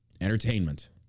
Entertainment